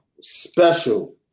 special